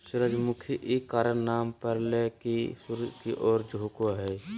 सूरजमुखी इ कारण नाम परले की सूर्य की ओर झुको हइ